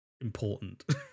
important